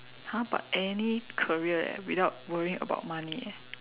!huh! but any career eh without worrying about money eh